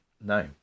no